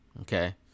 Okay